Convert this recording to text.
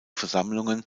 versammlungen